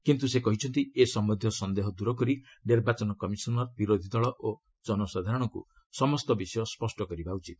କିନ୍ତୁ ସେ କହିଛନ୍ତି ଏ ସମ୍ବନ୍ଧୀୟ ସନ୍ଦେହ ଦୂର କରି ନିର୍ବାଚନ କମିଶନର୍ ବିରୋଧୀ ଦଳ ଓ ଜନସାଧାରଣଙ୍କୁ ସମସ୍ତ ବିଷୟ ସ୍ୱଷ୍ଟ କରିବା ଉଚିତ